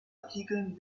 artikeln